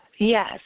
Yes